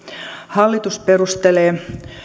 hallitus perustelee